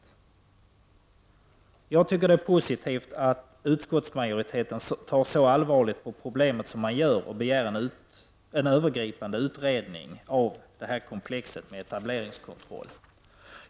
Det är enligt min uppfattning positivt att utskottsmajoriteten tar så allvarligt på problemen som man gör och begär en övergripande utredning av komplexet med etableringskontroll.